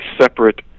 separate